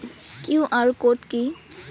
QR code কি?